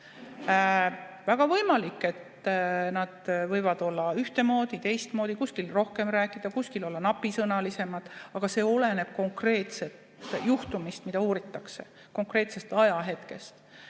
Väga võimalik, et nad võivad käituda ühtemoodi või teistmoodi, kuskil võib rohkem rääkida, kuskil tuleb olla napisõnalisem, aga see oleneb konkreetsest juhtumist, mida uuritakse, ja konkreetsest ajahetkest.